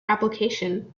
application